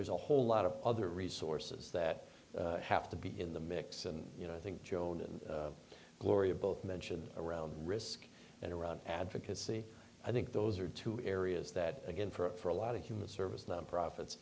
there's a whole lot of other resources that have to be in the mix and you know i think joan and gloria both mentioned around risk and around advocacy i think those are two areas that again for a lot of human service nonprofits